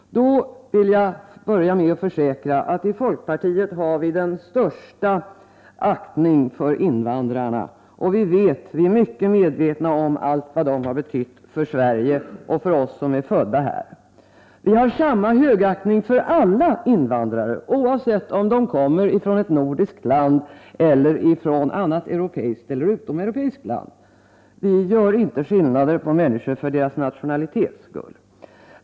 Jag vill börja med att försäkra att vi i folkpartiet har den största aktning för invandrarna. Vi är mycket medvetna om allt de har betytt för Sverige och för oss som är födda här. Vi har samma högaktning för alla invandrare, oavsett om de kommer från ett nordiskt land, från ett annat europeiskt land eller från ett utomeuropeiskt land. Vi gör inte skillnad på människor för deras nationalitets skull.